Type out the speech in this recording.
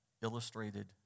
Illustrated